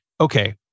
okay